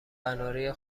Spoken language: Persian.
قناری